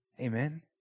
Amen